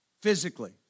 physically